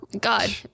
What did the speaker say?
God